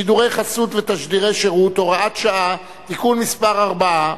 (שידורי חסות ותשדירי שירות) (הוראת שעה) (תיקון מס' 4),